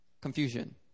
confusion